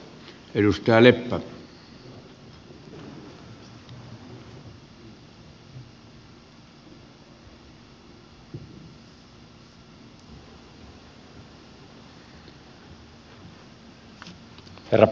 herra puhemies